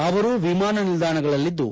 ಅವರು ವಿಮಾನ ನಿಲ್ದಾಣಗಳಲ್ಲಿದ್ದು